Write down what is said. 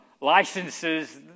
licenses